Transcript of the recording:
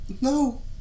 no